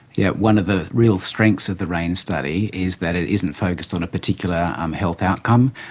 yeah one of the real strengths of the raine study is that it isn't focused on a particular um health outcome.